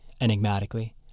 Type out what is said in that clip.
enigmatically